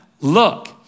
look